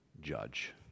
judge